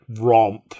romp